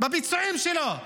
בביצועים שלו.